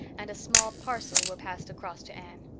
and a small parcel were passed across to anne.